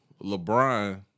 LeBron